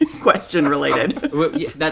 question-related